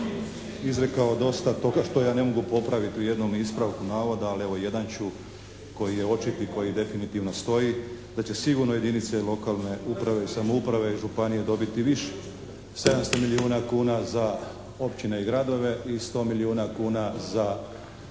izrekao dosta toga što ja ne mogu popraviti u jednom ispravku navoda, ali evo jedan ću koji je očiti, koji definitivno stoji, da će sigurno jedinice lokalne uprave i samouprave i županije dobiti više. 700 milijuna kuna za općine i gradove i 100 milijuna kuna za